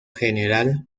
general